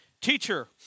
Teacher